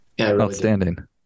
Outstanding